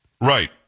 Right